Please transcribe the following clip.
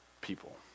people